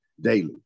daily